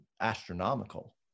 astronomical